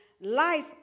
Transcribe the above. life